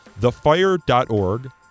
thefire.org